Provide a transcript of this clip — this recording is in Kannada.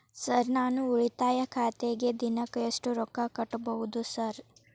ಸರ್ ನಾನು ಉಳಿತಾಯ ಖಾತೆಗೆ ದಿನಕ್ಕ ಎಷ್ಟು ರೊಕ್ಕಾ ಕಟ್ಟುಬಹುದು ಸರ್?